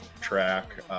track